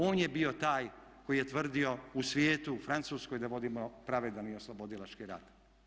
On je bio taj koji je tvrdio u svijetu, u Francuskoj da vodimo pravedan i oslobodilački rat.